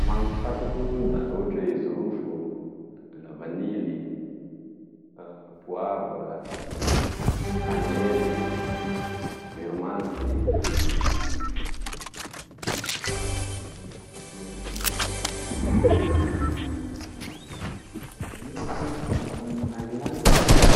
Magnitry fantako da ohatry oe jirofo, lavanily, poavra, kanely, vero mangitry, zay tokony ino koa moa zany ino moa ty le azo amigne langilangy moa.